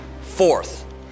Fourth